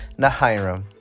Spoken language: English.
Nahiram